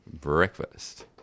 breakfast